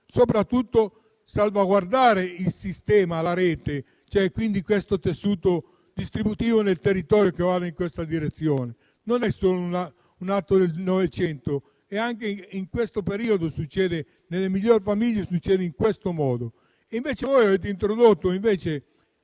soprattutto salvaguardare il sistema, la rete, cioè questo tessuto distributivo nel territorio che vada in tale direzione. Non è solo un atto del Novecento, perché anche in questo periodo, anche nelle migliori famiglie, accade questo. Invece voi avete introdotto una